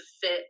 fit